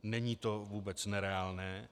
Není to vůbec nereálné.